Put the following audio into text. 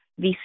VC